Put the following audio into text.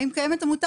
זה מקצוע מוחלש,